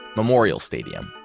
memorial stadium,